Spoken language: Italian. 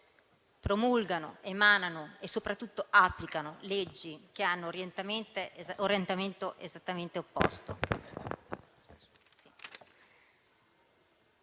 promulgano, emanano e soprattutto applicano leggi che hanno orientamento esattamente opposto.